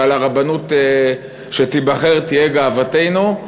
שעל הרבנות שתיבחר תהיה גאוותנו.